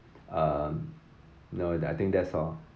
um no I think that's all